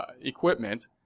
equipment